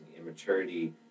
immaturity